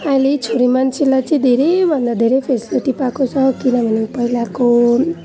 अहिले छोरीमान्छेलाई चाहिँ धेरै भन्दा धेरै फेसिलिटी पाएको छ किनभने पहिलाको